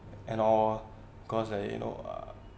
and all cause like you know uh